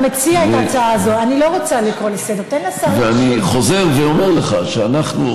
בבקשה, תיתן לו, תיתן לשר להשלים את הדברים.